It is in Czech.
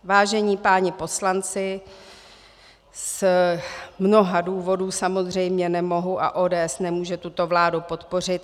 Vážení páni poslanci, z mnoha důvodů samozřejmě nemohu a ODS nemůže tuto vládu podpořit.